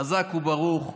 חזק וברוך.